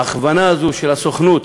ההכוונה הזאת של הסוכנות,